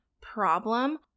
problem